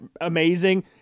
amazing